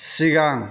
सिगां